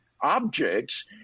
objects